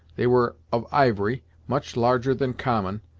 they were of ivory, much larger than common,